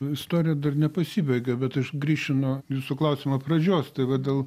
istorija dar nepasibaigė bet aš grįšiu nuo jūsų klausimo pradžios tai va dėl